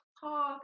talk